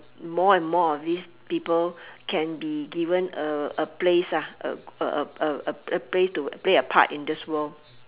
more and more of these people can be given a a place a a a a a a place to play a part in this world